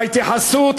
וההתייחסות,